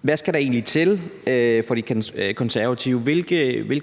Hvilke